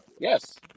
Yes